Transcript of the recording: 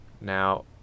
Now